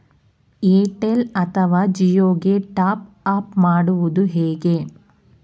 Airtel ಅಥವಾ ಜಿಯೊ ಗೆ top up ಮಾಡುವುದು ಹೇಗೆ?